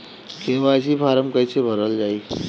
KYC form कइसे भरल जाइ?